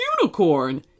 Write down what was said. unicorn